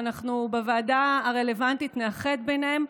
ואנחנו בוועדה הרלוונטית נאחד ביניהן.